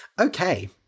Okay